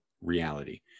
reality